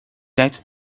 tijd